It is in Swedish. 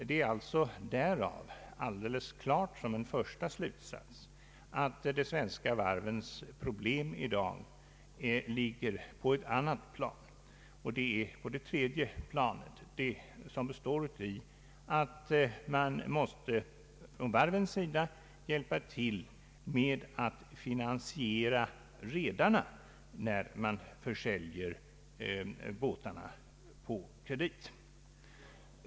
Det är alltså alldeles klart som en första slutsats att de svenska varvens problem i dag ligger på det tredje plan där de måste konkurrera, det som består i att varven måste hjälpa till med att finansiera rederierna vid försäljning av fartyg på kredit.